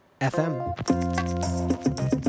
FM